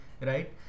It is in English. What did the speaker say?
right